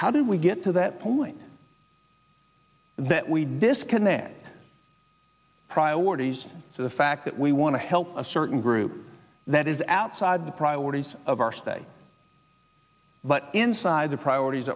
how do we get to that point that we disconnected priorities so the fact that we want to help a certain group that is outside the priorities of our state but inside the priorities